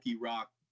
rock